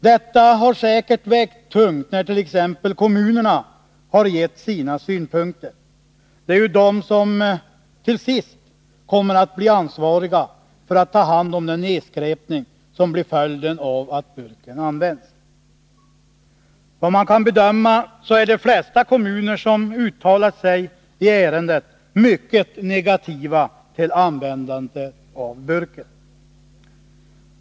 Detta har säkert vägt tungt när t.ex. kommunerna har gett sina synpunkter — det är ju de som till sist kommer att bli ansvariga för att ta hand om den nedskräpning som blir följden av att burken används. Enligt vad man kan bedöma är de flesta kommuner som uttalat sig i ärendet mycket negativa till användandet av burken.